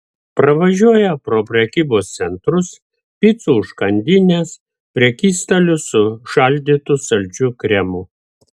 pravažiuoja pro prekybos centrus picų užkandines prekystalius su šaldytu saldžiu kremu